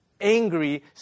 angry